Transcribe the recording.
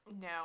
No